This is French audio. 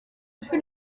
fut